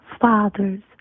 fathers